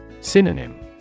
Synonym